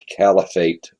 caliphate